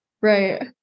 right